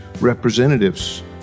representatives